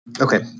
Okay